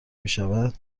میشود